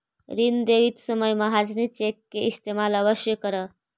ऋण देवित समय महाजनी चेक के इस्तेमाल अवश्य करऽ